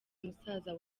musaza